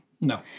No